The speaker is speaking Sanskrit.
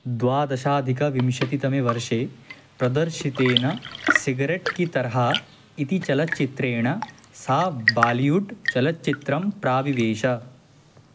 द्वादशाधिकविंशतितमे वर्षे प्रदर्शितेन सिगरेट् कि तर्हा इति चलच्चित्रेण सा बालिवुड् चलच्चित्रं प्राविवेश